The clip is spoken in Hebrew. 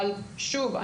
שוב,